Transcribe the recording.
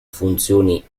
funzioni